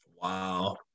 Wow